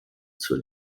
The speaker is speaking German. zur